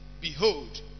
Behold